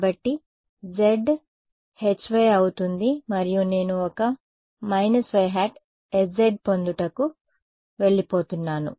కాబట్టిz Hy అవుతుంది మరియు నేను ఒక yˆHz పొందుటకు వెళ్ళిపోతున్నాను